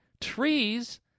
Trees